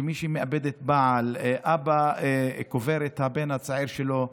מישהי מאבדת בעל, אבא קובר את הבן הצעיר שלו,